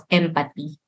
empathy